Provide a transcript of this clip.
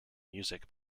music